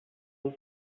used